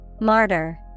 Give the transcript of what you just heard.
Martyr